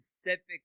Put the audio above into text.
specific